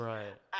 Right